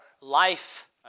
life